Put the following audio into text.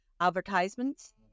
advertisements